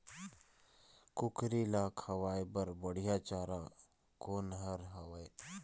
कुकरी ला खवाए बर बढीया चारा कोन हर हावे?